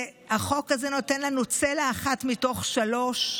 החוק הזה נותן לנו צלע אחת מתוך שלוש: